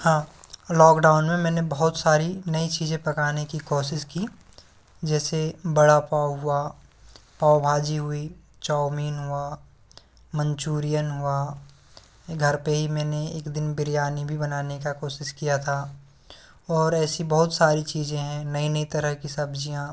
हाँ लॉकडाउन में मैंने बहुत सारी नई चीज़ें पकाने की कोशिश की जैसे वड़ा पाव हुआ पाव भाजी हुई चाऊमीन हुआ मंचूरियन हुआ घर पे ही मैंने एक दिन बिरयानी भी बनाने का कोशिश किया था और ऐसी बहुत सारी चीज़ें हैं नई नई तरह की सब्ज़ियाँ